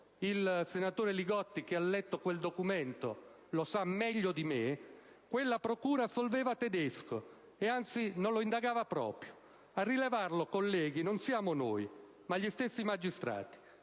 il senatore Li Gotti che ha letto i documenti lo sa meglio di me - quella procura assolveva Tedesco e anzi non lo indagava proprio. A rilevarlo, colleghi, non siamo noi, ma gli stessi magistrati.